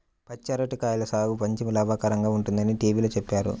పచ్చి అరటి కాయల సాగు మంచి లాభకరంగా ఉంటుందని టీవీలో చెప్పారు